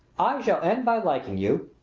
i shall end by liking you!